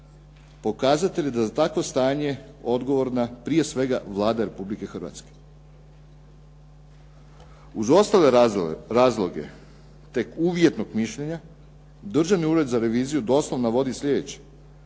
pokazatelj je da je za takvo stanje odgovorna prije svega Vlada Republike Hrvatske. Uz ostale razloge tek uvjetnog mišljenja Državni ured za reviziju doslovno navodi slijedeće: